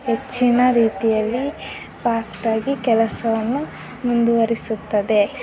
ಹೆಚ್ಚಿನ ರೀತಿಯಲ್ಲಿ ಫಾಸ್ಟಾಗಿ ಕೆಲಸವನ್ನು ಮುಂದುವರೆಸುತ್ತದೆ